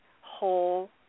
whole